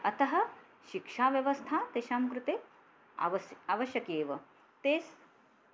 अतः शिक्षाव्यवस्था तेषां कृते अवस् आवश्यकी एव ते